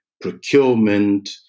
procurement